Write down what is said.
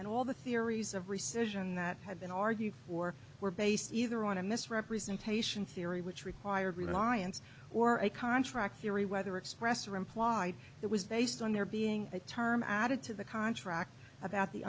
and all the theories of rescission that had been argued for were based either on a misrepresentation theory which required reliance or a contract theory whether expressed or implied it was based on there being a term added to the contract about the